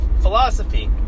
philosophy